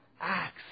Acts